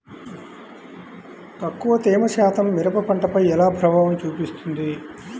తక్కువ తేమ శాతం మిరప పంటపై ఎలా ప్రభావం చూపిస్తుంది?